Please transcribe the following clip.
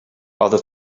other